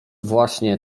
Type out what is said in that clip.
właśnie